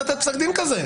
לתת פסק דין כזה.